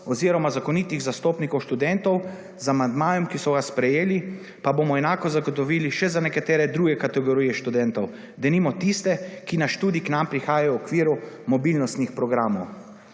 oziroma zakonitih zastopnikov študentov, z amandmajem, ki so ga sprejeli, pa bomo enako zagotovili še za nekatere druge kategorije študentov, denimo tiste, ki na študij k nam prihajajo v okviru mobilnostnih programov.